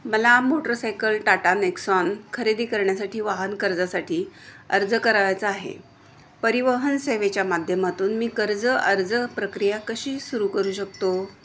मला motorcycle Tata Nexon खरेदी करण्यासाठी वाहन कर्जासाठी अर्ज करावयाचा आहे परिवहन सेवेच्या माध्यमातून मी कर्ज अर्ज प्रक्रिया कशी सुरू करू शकतो